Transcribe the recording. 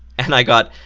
and i got,